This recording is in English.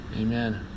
Amen